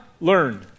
learned